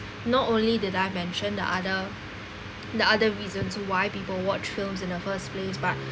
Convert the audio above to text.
not only did I mention the other the other reasons why people watch films in the first place but